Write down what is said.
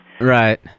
Right